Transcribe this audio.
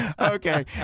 Okay